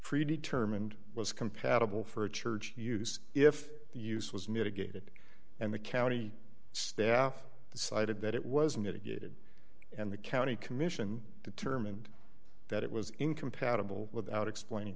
predetermined was compatible for a church use if the use was mitigated and the county staff decided that it was mitigated and the county commission determined that it was incompatible without explain